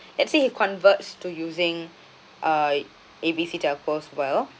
let's say he converts to using uh A B C telco well